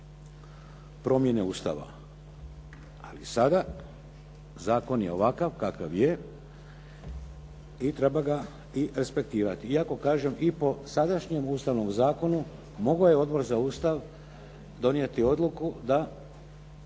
promijene Ustava. Ali sada zakon je ovakav kakav je i treba ga i respektirati. Iako kažem i po sadašnjem Ustavnom zakonu mogao je Odbor za Ustav donijeti odluku da